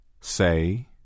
Say